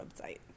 website